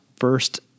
first